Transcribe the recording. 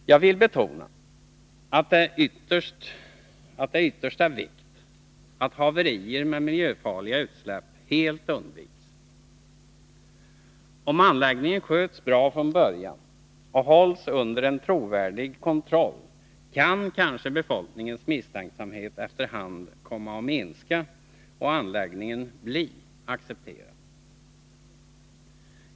Jag vill betona att det är av yttersta vikt att haverier med miljöfarliga utsläpp helt undviks. Om anläggningen sköts bra från början och hålls under trovärdig kontroll, kan kanske befolkningens misstänksamhet efter hand komma att minska och anläggningen bli accepterad.